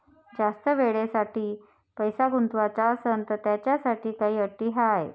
जास्त वेळेसाठी पैसा गुंतवाचा असनं त त्याच्यासाठी काही अटी हाय?